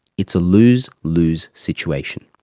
it's a lose lose situation.